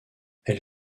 elle